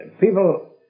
people